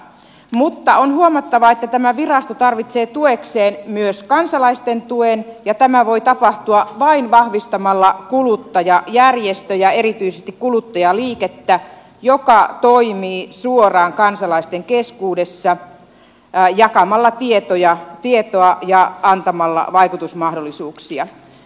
mutta on huomattava että tämä virasto tarvitsee tuekseen myös kansalaisten tuen ja tämä voi tapahtua vain vahvistamalla kuluttajajärjestöjä erityisesti kuluttajaliikettä joka toimii suoraan kansalaisten keskuudessa jakamalla tietoa ja antamalla vaikutusmahdollisuuksia